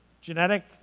genetic